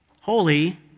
holy